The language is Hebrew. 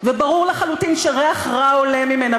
וברור לחלוטין שריח רע עולה ממנה,